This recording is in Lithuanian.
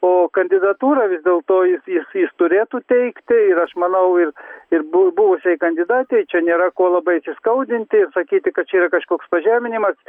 o kandidatūrą vis dėl to jis jis jis turėtų teikti ir aš manau ir ir bu buvusiai kandidatei čia nėra ko labai įsiskaudinti ir sakyti kad čia yra kažkoks pažeminimas